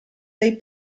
dei